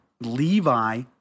Levi